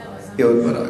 זה היה אהוד ברק,